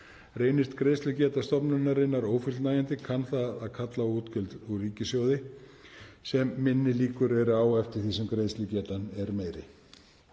Reynist greiðslugeta stofnunarinnar ófullnægjandi kann það að kalla á útgjöld úr ríkissjóði sem minni líkur eru á eftir því sem greiðslugetan er meiri.